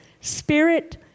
spirit